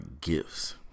gifts